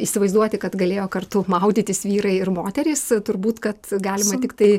įsivaizduoti kad galėjo kartu maudytis vyrai ir moterys turbūt kad galima tiktai